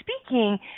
speaking